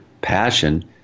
passion